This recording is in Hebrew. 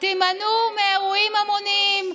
תימנעו מאירועים, איילת, תימנעו מאירועים המוניים.